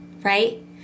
right